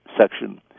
section